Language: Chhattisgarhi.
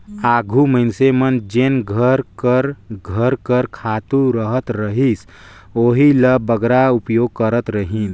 आघु मइनसे मन जेन घर कर घर कर खातू रहत रहिस ओही ल बगरा उपयोग करत रहिन